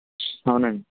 అవునండి